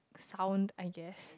sound I guess